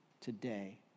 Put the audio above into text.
today